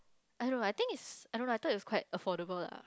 I don't know I think it's I don't know I thought it's quite affordable lah